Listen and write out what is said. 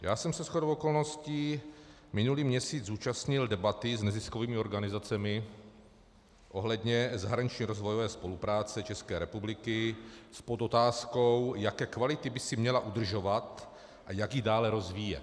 Já jsem se shodou okolností minulý měsíc zúčastnil debaty s neziskovými organizacemi ohledně zahraniční rozvojové spolupráce České republiky s podotázkou, jaké kvality by si měla udržovat a jak ji dále rozvíjet.